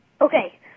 Okay